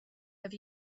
have